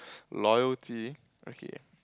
loyalty okay